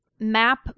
MAP